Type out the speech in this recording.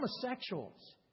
homosexuals